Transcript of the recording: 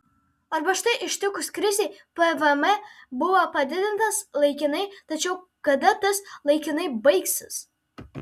arba štai ištikus krizei pvm buvo padidintas laikinai tačiau kada tas laikinai baigsis